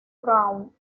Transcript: braun